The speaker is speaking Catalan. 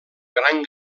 gran